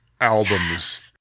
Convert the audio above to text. albums